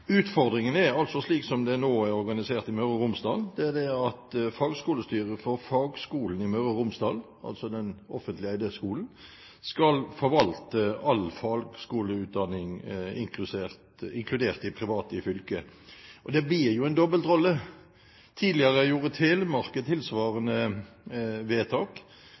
Utfordringen er altså, slik det nå er organisert i Møre og Romsdal, at fagskolestyret for Fagskolen i Møre og Romsdal, altså den offentlig eide skolen, skal forvalte all fagskoleutdanning, inkludert de private fagskolene i fylket. Det blir jo en dobbeltrolle. Tidligere fattet Telemark et tilsvarende vedtak,